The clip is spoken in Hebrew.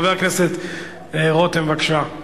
חבר הכנסת דוד רותם, בבקשה.